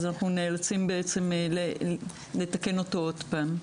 אנחנו נאלצים לתקן אותו עוד פעם.